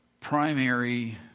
primary